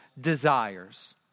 desires